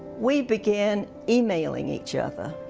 we began emailing each other,